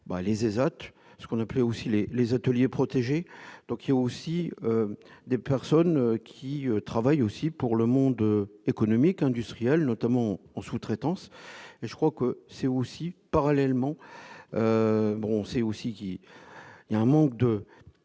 les ESAT, ce qu'on appelait aussi les ateliers protégés, donc il y a aussi des personnes qui travaillent aussi pour le monde économique, industriel, notamment en sous-traitance et je crois que c'est aussi parallèlement, on sait aussi qu'il y a un manque de,